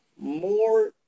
more